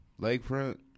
Lakefront